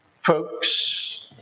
Folks